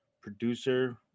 producer